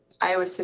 Iowa